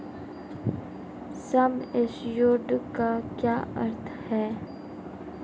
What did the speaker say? सम assured का क्या अर्थ है?